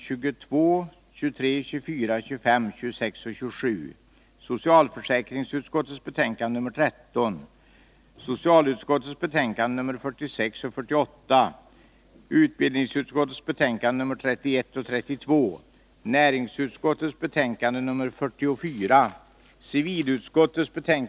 Det har kommit till min kännedom att vissa försäkringsnämnder är tveksamma till de nuvarande bestämmelserna vad gäller inkomstberäkning vid fastställande av hustrutillägg och kommunalt bostadstillägg till folkpension.